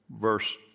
verse